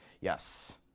Yes